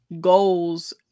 goals